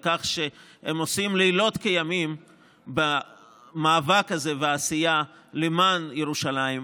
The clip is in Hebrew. על כך שהם עושים לילות כימים במאבק הזה ובעשייה למען ירושלים,